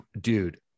Dude